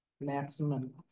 maximum